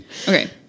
Okay